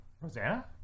Rosanna